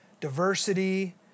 diversity